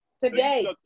Today